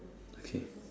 okay